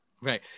Right